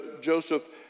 Joseph